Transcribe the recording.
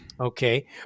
okay